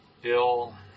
Bill